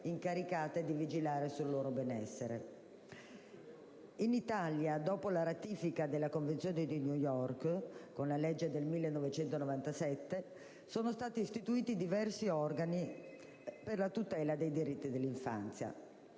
incaricate di vigilare sul loro benessere. In Italia, dopo la ratifica della Convenzione di New York, con la legge 23 dicembre 1997, n. 451, sono stati istituiti diversi organi per la tutela dei diritti dell'infanzia,